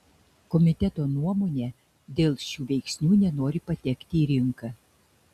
komiteto nuomone dėl šių veiksnių nenori patekti į rinką